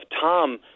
Tom